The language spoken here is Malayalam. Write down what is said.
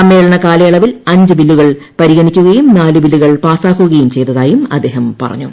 സമ്മേളന കാലയളവിൽ അഞ്ച് ബില്ലുകൾ പരിഗണിക്കുകയുംനാലു ബില്ലുകൾ പാസാക്കുകയും ചെയ്തതായും അദ്ദേഹം പറഞ്ഞു